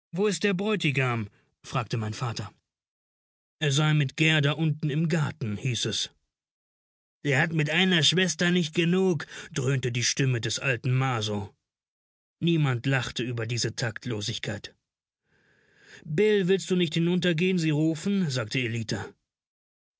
wo ist der bräutigam fragte mein vater er sei mit gerda unten im garten hieß es der hat mit einer schwester nicht genug dröhnte die stimme des alten marsow niemand lachte über diese taktlosigkeit bill willst du nicht hinuntergehen sie rufen sagte ellita